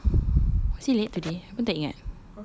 I can't remember was he late today pun tak ingat